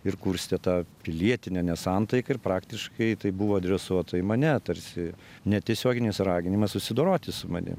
ir kurstė tą pilietinę nesantaiką ir praktiškai tai buvo adresuota į mane tarsi netiesioginis raginimas susidoroti su manim